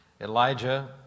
Elijah